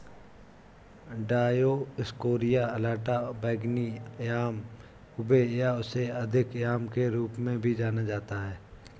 Dioscorea alata को बैंगनी yam ube या उससे अधिक याम के रूप में भी जाना जाता है